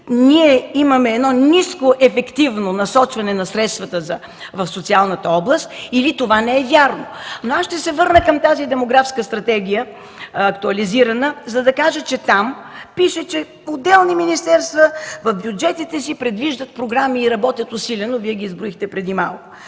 ние имаме едно нискоефективно насочване на средствата в социалната област, или това не е вярно. Аз ще се върна към актуализираната демографска стратегия, за да кажа, че там пише, че отделни министерства в бюджетите си предвиждат програми и работят усилено, Вие ги изброихте преди малко.